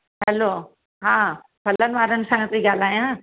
hello हा फलनि वारनि सां पई ॻाल्हायां